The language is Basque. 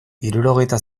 hirurogeita